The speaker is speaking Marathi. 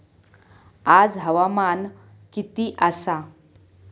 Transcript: आज हवामान किती आसा?